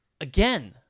Again